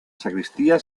sacristía